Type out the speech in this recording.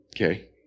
Okay